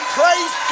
praise